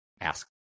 ask